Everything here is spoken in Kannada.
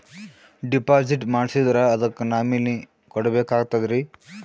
ಡಿಪಾಜಿಟ್ ಮಾಡ್ಸಿದ್ರ ಅದಕ್ಕ ನಾಮಿನಿ ಕೊಡಬೇಕಾಗ್ತದ್ರಿ?